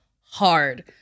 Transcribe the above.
hard